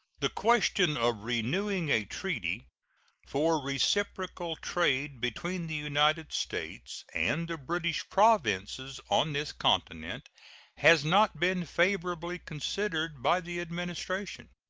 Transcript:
the question of renewing a treaty for reciprocal trade between the united states and the british provinces on this continent has not been favorably considered by the administration.